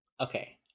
okay